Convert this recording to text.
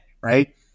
right